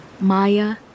Maya